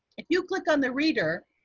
if you click on the reader,